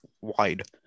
wide